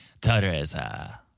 Teresa